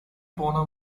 போன